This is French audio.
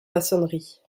maçonnerie